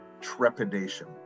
trepidation